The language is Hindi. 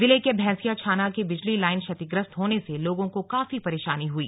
जिले के भैंसिया छाना की बिजली लाइन क्षतिग्रस्त होने से लोगों को काफी परेशानी हुई